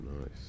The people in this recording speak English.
nice